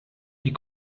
die